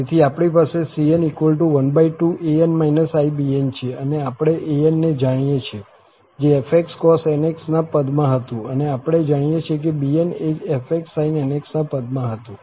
તેથી આપણી પાસે cn12an ibn છે અને આપણે an ને જાણીએ છીએ જે fcos⁡nx ના પદમાં હતું અને આપણે જાણીએ છીએ bn જે fsin⁡nx ના પદમાં હતું